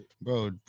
Bro